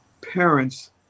parents